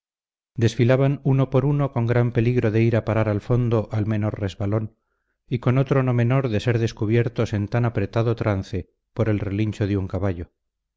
desfilaban uno por uno con gran peligro de ir a parar al fondo al menor resbalón y con otro no menor de ser descubiertos en tan apretado trance por el relincho de un caballo